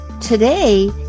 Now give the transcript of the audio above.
Today